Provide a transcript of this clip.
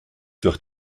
durch